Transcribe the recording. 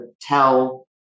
tell